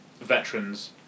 Veterans